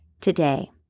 today